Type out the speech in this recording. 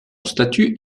statut